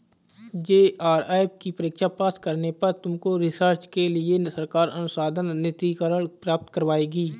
JRF की परीक्षा पास करने पर तुमको रिसर्च के लिए सरकार अनुसंधान निधिकरण प्राप्त करवाएगी